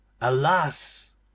Alas